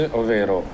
ovvero